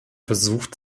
versucht